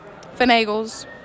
Finagle's